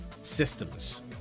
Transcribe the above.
systems